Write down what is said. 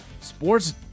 Sports